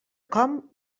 com